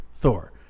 Thor